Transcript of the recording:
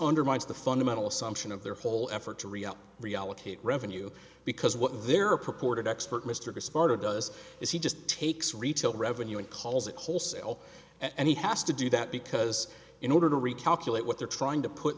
undermines the fundamental assumption of their whole effort to rio reallocate revenue because what they're a proportion expert mr gaspard does is he just takes retail revenue and calls it wholesale and he has to do that because in order to recalculate what they're trying to put